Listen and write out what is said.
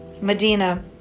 Medina